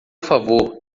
favor